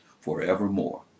forevermore